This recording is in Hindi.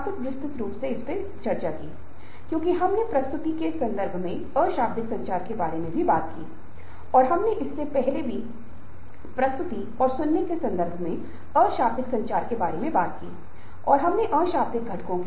वह उत्कृष्ट काम कर सकता है जिसे मान्यता दी जाएगी इसलिए बढ़ती उम्र के साथ मस्तिष्क की इच्छा हावी हो जाती है जो शायद इस मामले में नहीं होती है जब कोई एक व्यवसाय कैरियर -Career शुरू करता है और प्रत्येक व्यक्ति के लिए प्रेरणा समय समय पर बदलती है भले ही व्यक्ति उसी तरह व्यवहार करता है यदि व्यक्ति को संगठन में काम करके पदोन्नति मिल रही है